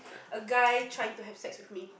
a guy try to have sex with me